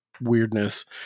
weirdness